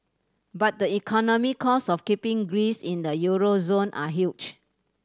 but the economic costs of keeping Greece in the euro zone are huge